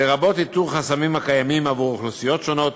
לרבות איתור חסמים הקיימים עבור אוכלוסיות שונות